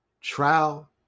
trial